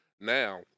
now